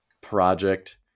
project